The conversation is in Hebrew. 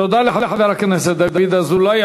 תודה לחבר הכנסת דוד אזולאי.